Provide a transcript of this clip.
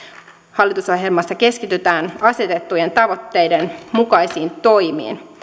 hallitusohjelmassa keskitytään asetettujen tavoitteiden mukaisiin toimiin